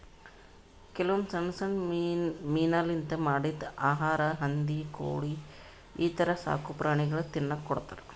ಕೆಲವೊಂದ್ ಸಣ್ಣ್ ಸಣ್ಣ್ ಮೀನಾಲಿಂತ್ ಮಾಡಿದ್ದ್ ಆಹಾರಾ ಹಂದಿ ಕೋಳಿ ಈಥರ ಸಾಕುಪ್ರಾಣಿಗಳಿಗ್ ತಿನ್ನಕ್ಕ್ ಕೊಡ್ತಾರಾ